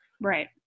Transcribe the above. Right